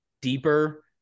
deeper